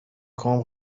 کام